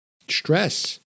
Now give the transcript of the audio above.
stress